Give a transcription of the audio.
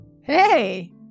Hey